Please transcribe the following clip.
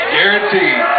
Guaranteed